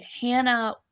Hannah